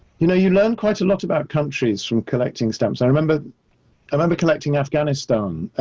you know, you learn quite a lot about countries from collecting stamps. i remember i remember collecting afghanistan.